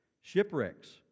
Shipwrecks